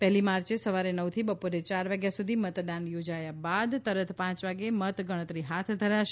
પહેલી માર્ચે સવારે નવથી બપોરે યાર વાગ્યા સુધી મતદાન યોજાયા બાદ તુરંત પાંચ વાગે મત ગણતરી હાથ ધરાશે